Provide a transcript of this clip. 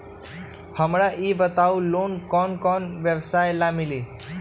हमरा ई बताऊ लोन कौन कौन व्यवसाय ला मिली?